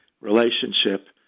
relationship